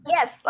Yes